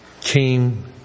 came